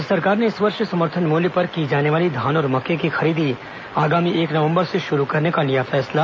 राज्य सरकार ने इस वर्ष समर्थन मूल्य पर की जाने वाली धान और मक्के की खरीदी आगामी एक नवंबर से शुरू करने का लिया फैसला